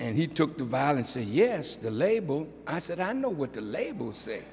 and he took the violence a yes the label i said i know what the label